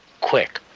quick.